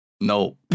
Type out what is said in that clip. no